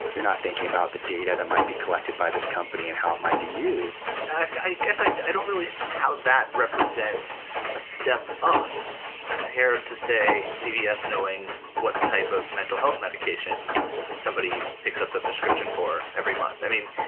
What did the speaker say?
you're not thinking about the data that might be collected by this company and how it might be used i guess i i don't really see how that represents a step up compared to, say, cbs, knowing what type of mental health medication ah somebody picks up the prescription for every month. i mean,